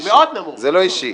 זה לא אישי.